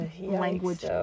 language